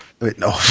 no